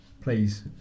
Please